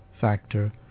factor